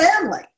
family